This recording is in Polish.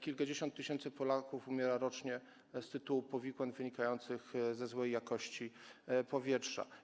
Kilkadziesiąt tysięcy Polaków umiera rocznie z tytułu powikłań wynikających ze złej jakości powietrza.